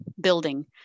building